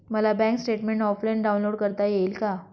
मला bank statement offline download करता येईल का?